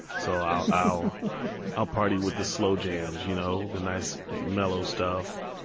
so, i'll i'll party with the slow jams, you know, the nice mellow stuff.